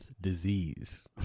Disease